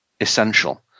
essential